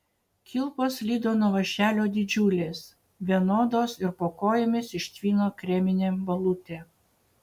kilpos slydo nuo vąšelio didžiulės vienodos ir po kojomis ištvino kremine balute